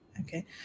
Okay